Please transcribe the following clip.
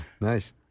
Nice